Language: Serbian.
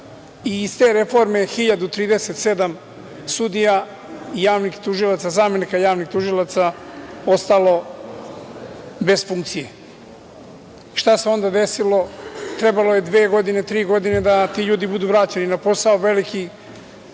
i iz te reforme 1.037 sudija i javnih tužilaca, zamenika javnih tužilaca ostalo je bez funkcije. Šta se onda desilo? Trebalo je dve godine, tri godine da ti ljudi budu vraćeni na posao, veliki